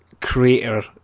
creator